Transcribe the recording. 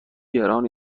گران